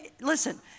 listen